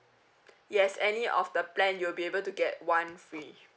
yes any of the plan you'll be able to get one free